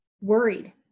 worried